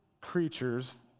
creatures